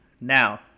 Now